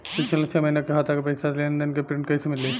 पिछला छह महीना के खाता के पइसा के लेन देन के प्रींट कइसे मिली?